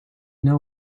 know